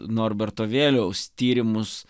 norberto vėliaus tyrimus